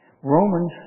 Romans